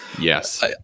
Yes